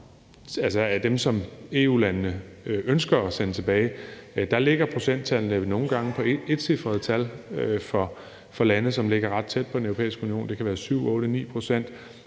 tilbage af dem, som EU-landene ønsker at sende tilbage, og der ligger procenttallene jo nogle gange på et etcifret tal for lande, som ligger ret tæt på Den Europæiske Union. Det kan være 7-8-9 pct.